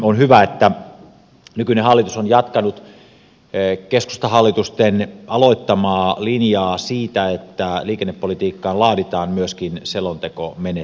on hyvä että nykyinen hallitus on jatkanut keskustahallitusten aloittamaa linjaa siinä että liikennepolitiikkaan laaditaan myöskin selontekomenettely